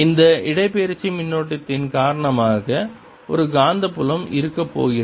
இந்த இடப்பெயர்ச்சி மின்னோட்டத்தின் காரணமாக ஒரு காந்தப்புலம் இருக்கப்போகிறது